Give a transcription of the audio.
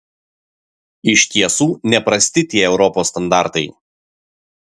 iš tiesų neprasti tie europos standartai